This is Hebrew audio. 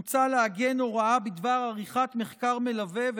מוצע לעגן הוראה בדבר עריכת מחקר מלווה,